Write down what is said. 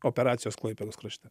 operacijos klaipėdos krašte